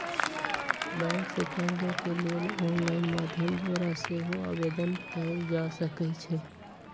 bank से कर्जा के लेल ऑनलाइन माध्यम द्वारा सेहो आवेदन कएल जा सकइ छइ